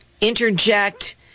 interject